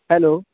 hello